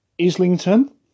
Islington